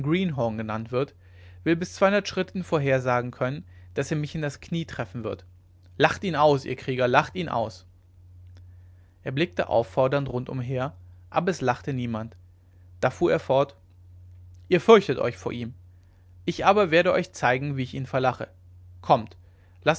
greenhorn genannt wird will bei zweihundert schritten vorhersagen können daß er mich in das knie treffen wird lacht ihn aus ihr krieger lacht ihn aus er blickte auffordernd rund umher aber es lachte niemand da fuhr er fort ihr fürchtet euch vor ihm ich aber werde euch zeigen wie ich ihn verlache kommt